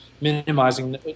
minimizing